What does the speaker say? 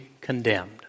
condemned